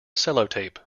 sellotape